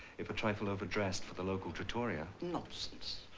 if a trifle overdressed for the local trattoria. nonsense.